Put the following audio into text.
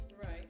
right